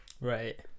Right